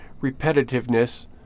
Repetitiveness